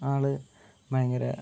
ആൾ ഭയങ്കര